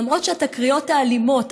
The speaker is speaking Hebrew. ולמרות שהתקריות האלימות,